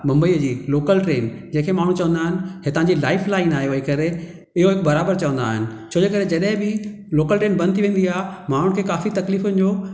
मुंबईअ जी local train जंहिं खे माण्हू चवंदा आहिनि हितां जी लाइफ लाइन आहे वही करे इहो बराबर चवंदा आहिनि छो जे करे जॾहिं बि लोकल ट्रेन बंदि थी वेंदी आहे माण्हूनि खे काफ़ी तक़लीफ़ुनि जो